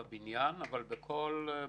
אני מבקש מכם לעזור לנו להקים את ועדת השרים.